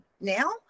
now